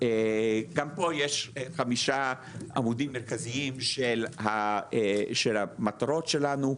גם פה יש חמישה עמודים מרכזיים של המטרות שלנו.